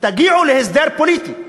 תגיעו להסדר פוליטי,